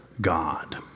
God